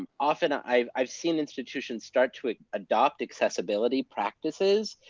um often, i've i've seen institutions start to adopt accessibility practices,